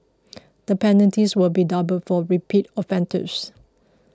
the penalties will be doubled for repeat offenders